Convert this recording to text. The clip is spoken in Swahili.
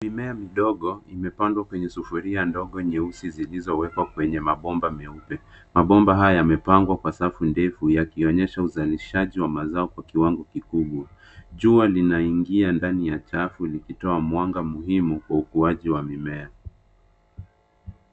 Mimea midogo imepandwa kwenye sufuria ndogo nyeusi zilizowekwa kwenye mabomba meupe. Mabomba haya yamepangwa kwa safu ndefu yakionyesha uzalishaji wa mazao kwa kiwango kikubwa. Jua linaingia ndani ya chafu likitoa mwanga muhimu kwa ukuaji wa mimea.